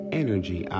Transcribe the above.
energy